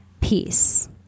peace